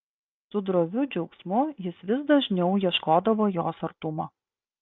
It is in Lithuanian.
su droviu džiaugsmu jis vis dažniau ieškodavo jos artumo